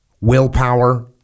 willpower